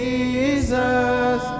Jesus